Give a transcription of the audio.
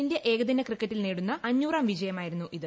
India ഏകദിന ക്രിക്കറ്റിൽ നേടുന്ന അഞ്ഞൂറാം വിജയമായിരുന്നു ഇത്